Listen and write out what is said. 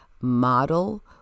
model